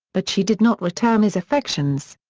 but she did not return his affections.